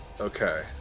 Okay